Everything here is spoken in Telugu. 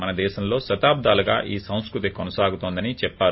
మన దేశంలో శతాబ్దాలుగా ఈ సంస్కృతి కొనసాగుతోందని చెప్పారు